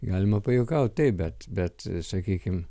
galima pajuokaut taip bet bet sakykim